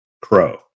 Crow